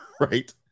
right